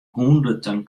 hûnderten